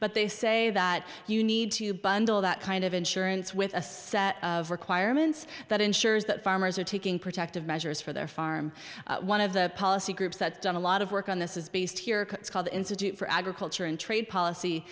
but they say that you need to bundle that kind of insurance with a set of requirements that ensures that farmers are taking protective measures for their farm one of the policy groups that's done a lot of work on this is based here it's called the institute for agriculture and trade policy